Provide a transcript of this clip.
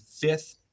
fifth